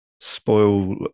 spoil